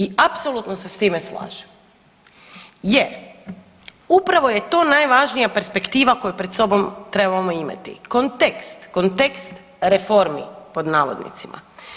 I apsolutno se s time slažem, jer upravo je to najvažnija perspektiva koju pred sobom trebamo imati kontekst, kontekst reformi pod navodnicima.